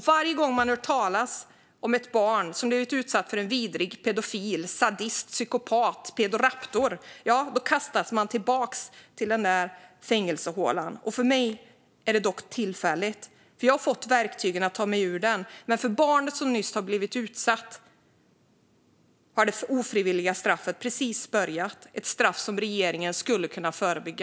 Varje gång man hör talas om ett barn som har blivit utsatt för en vidrig pedofil, sadist, psykopat, pedoraptor kastas man tillbaka till den där fängelsehålan. För mig är det dock tillfälligt, för jag har fått verktygen att ta mig ur den. Men för barnet som nyss har blivit utsatt har det ofrivilliga straffet precis börjat - ett straff som regeringen skulle kunna förebygga.